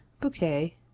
bouquet